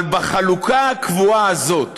אבל בחלוקה הקבועה הזאת